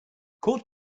court